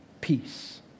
peace